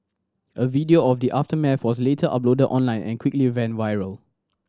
a video of the aftermath was later uploaded online and quickly went viral